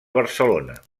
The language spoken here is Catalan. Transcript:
barcelona